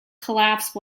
collapse